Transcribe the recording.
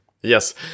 Yes